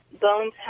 bones